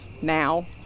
now